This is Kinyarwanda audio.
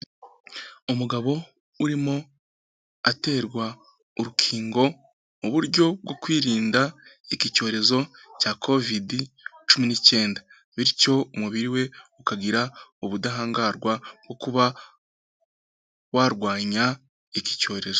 Umugabo urimo aterwa urukingo mu uburyo bwo kwirinda iki cyorezo cya Covid cumi n'ikenda. Bityo umubiri we ukagira ubudahangarwa bwo kuba warwanya iki cyorezo.